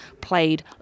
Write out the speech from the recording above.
played